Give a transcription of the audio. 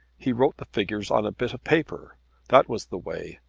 he wrote the figures on a bit of paper that was the way.